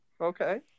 Okay